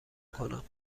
کنم